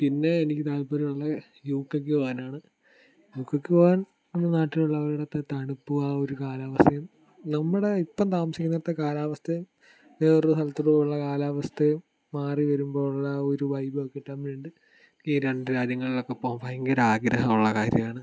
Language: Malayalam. പിന്നെ എനിക്ക് താത്പര്യം ഉള്ള യു കെക്ക് പോകാനാണ് യു കെക്ക് പോകാൻ നമ്മുടെ നാട്ടിൽ ഉള്ള പോലത്തെ തണുപ്പും ആ ഒരു കാലാവസ്ഥയും നമ്മുടെ ഇപ്പം താമസിക്കുന്നിടത്ത് കാലാവസ്ഥയും വേറെ ഒരു സ്ഥലത്ത് ഉള്ള ഒരു കാലാവസ്ഥയും മാറി വരുമ്പോൾ ഉള്ള ആ ഒരു വൈബ് ഒക്കെ കിട്ടാൻ വേണ്ടി ഈ രണ്ട് രാജ്യങ്ങളിൽ ഒക്കെ പോകാൻ ഭയങ്കര ആഹ്രഗമുള്ള കാര്യമാണ്